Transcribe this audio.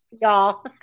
y'all